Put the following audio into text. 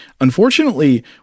Unfortunately